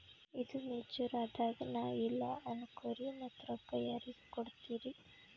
ಈದು ಮೆಚುರ್ ಅದಾಗ ನಾ ಇಲ್ಲ ಅನಕೊರಿ ಮತ್ತ ರೊಕ್ಕ ಯಾರಿಗ ಕೊಡತಿರಿ?